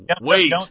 wait